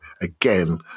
again